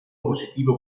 positivo